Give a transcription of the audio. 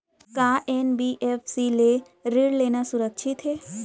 का एन.बी.एफ.सी ले ऋण लेना सुरक्षित हे?